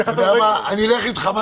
אני אלך רגע לשיטתך.